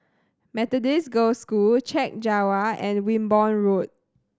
Methodist Girls' School Chek Jawa and Wimborne Road